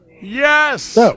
yes